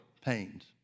pains